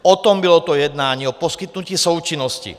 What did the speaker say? O tom bylo to jednání, o poskytnutí součinnosti.